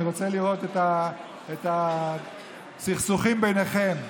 אני רוצה לראות את הסכסוכים ביניכם,